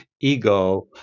ego